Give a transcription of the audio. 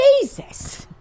Jesus